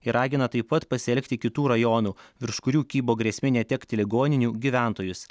ir ragina taip pat pasielgti kitų rajonų virš kurių kybo grėsmė netekti ligoninių gyventojus